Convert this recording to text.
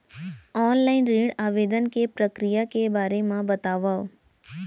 Online ऋण आवेदन के प्रक्रिया के बारे म बतावव?